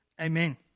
Amen